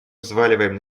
взваливаем